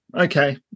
Okay